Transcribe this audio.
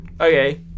okay